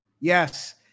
Yes